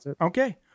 Okay